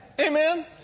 Amen